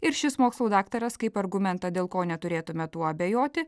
ir šis mokslų daktaras kaip argumentą dėl ko neturėtume tuo abejoti